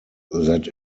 that